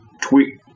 tweet